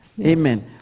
amen